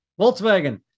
Volkswagen